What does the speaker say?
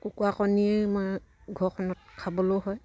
কুকুৰা কণীয়েই মই ঘৰখনত খাবলৈও হয়